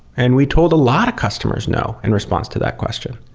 and we told a lot of customers no in response to that question.